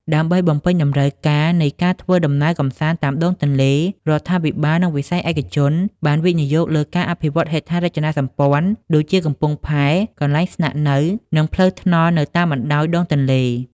ដើម្បីបំពេញតម្រូវការនៃដំណើរកម្សាន្តតាមដងទន្លេ រដ្ឋាភិបាល និងវិស័យឯកជនបានវិនិយោគលើការអភិវឌ្ឍហេដ្ឋារចនាសម្ព័ន្ធ ដូចជាកំពង់ផែ កន្លែងស្នាក់នៅ និងផ្លូវថ្នល់នៅតាមបណ្តោយដងទន្លេ។